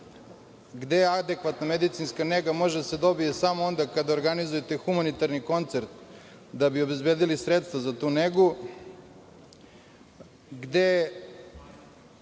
gde adekvatna medicinska nega može da se dobije samo onda kada organizujete humanitarni koncert da bi obezbedili sredstva za tu negu, gde